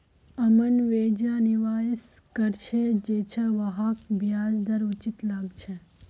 अमन वैछा निवेश कर छ जैछा वहाक ब्याज दर उचित लागछे